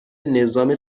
نظام